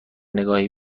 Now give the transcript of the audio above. نگاهی